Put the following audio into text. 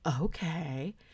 Okay